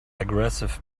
aggressive